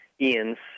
Ian's